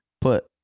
Put